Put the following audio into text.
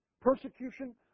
Persecution